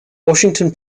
washington